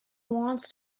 wants